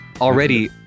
already